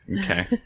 Okay